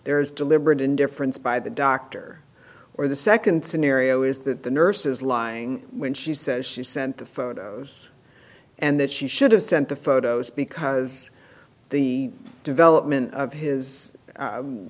there is deliberate indifference by the doctor or the second scenario is that the nurses lying when she says she sent the photos and that she should have sent the photos because the development of his